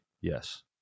yes